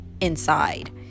inside